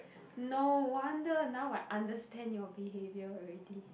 no wonder now I understand your behaviour already